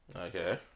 Okay